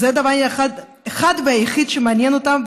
זה הדבר האחד והיחיד שמעניין אותם,